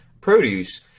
produce